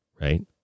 right